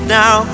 now